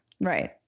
Right